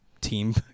Team